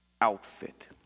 outfit